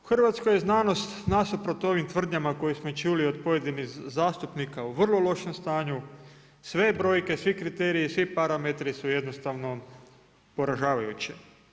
U Hrvatskoj je znanost nasuprot ovim tvrdnjama koje smo čuli od pojedinih zastupnika u vrlo lošem stanju, sve brojke, svi kriteriji, svi parametri su jednostavno poražavajući.